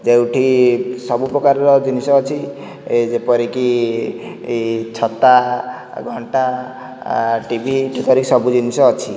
ଯେଉଁଠି ସବୁ ପ୍ରକାରର ଜିନିଷ ଅଛି ଏହି ଯେପରି କି ଛତା ଘଣ୍ଟା ଟି ଭି ଏପରି ସବୁ ଜିନିଷ ଅଛି